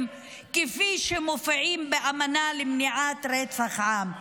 כפי שהן מופיעות באמנה למניעת רצח עם.